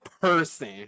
person